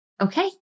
Okay